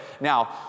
Now